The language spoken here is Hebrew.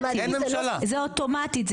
זה אוטומטית זה